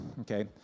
Okay